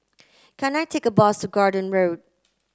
can I take a bus to Garden Road